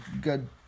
good